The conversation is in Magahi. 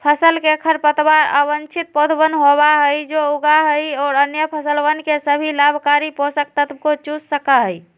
फसल के खरपतवार अवांछित पौधवन होबा हई जो उगा हई और अन्य फसलवन के सभी लाभकारी पोषक तत्व के चूस सका हई